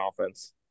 offense